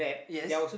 yes